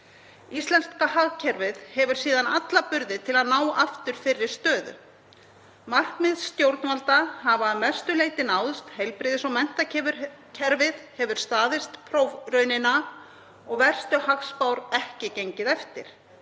Íslenska hagkerfið hefur síðan alla burði til að ná aftur fyrri stöðu. Markmið stjórnvalda hafa að mestu leyti náðst. Heilbrigðis- og menntakerfið hefur staðist prófraunina og verstu hagspár ekki gengið eftir.